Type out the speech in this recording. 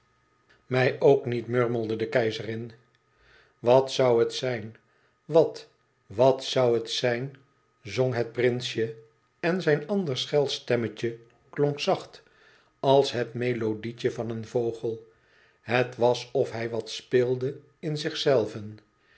mij ook niet murmelde de keizerin e ids aargang at zoû het zijn wat wat wat zoû het zijn zong het prinsje en zijn anders schel stemmetje klonk zacht als het melodietje van een vogel het was of hij wat speelde in zichzelven